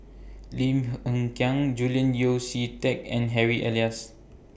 Lim Hng Kiang Julian Yeo See Teck and Harry Elias